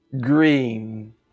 green